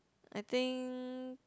I think